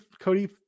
Cody